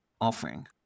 offering